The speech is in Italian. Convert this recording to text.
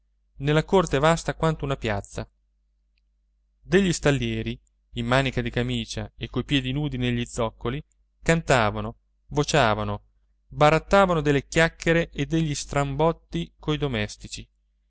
nella corte vasta quanto una piazza degli stallieri in manica di camicia e coi piedi nudi negli zoccoli cantavano vociavano barattavano delle chiacchiere e degli strambotti coi domestici